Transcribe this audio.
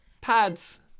pads